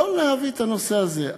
לא להביא את הנושא הזה.